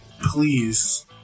please